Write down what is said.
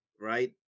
right